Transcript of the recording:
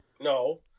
No